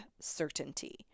certainty